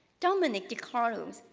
dominic decarlo,